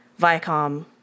Viacom